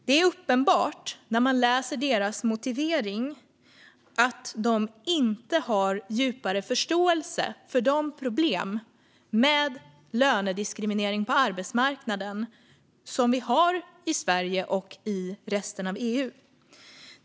Det är uppenbart när man läser de här partiernas motivering att de inte har en djupare förståelse för de problem med lönediskriminering på arbetsmarknaden som vi har i Sverige och i resten av EU.